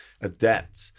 adapt